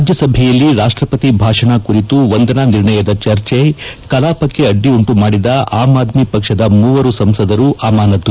ರಾಜ್ಯಸಭೆಯಲ್ಲಿ ರಾಷ್ತಸತಿ ಭಾಷಣ ಕುರಿತು ವಂದನಾ ನಿರ್ಣಯದ ಚರ್ಚೆ ಕಲಾಪಕ್ಕೆ ಅಡ್ಡಿಯುಂಟು ಮಾಡಿದ ಆಮ್ ಆದ್ಮಿ ಪಕ್ಷದ ಮೂವರು ಸಂಸದರು ಅಮಾನತು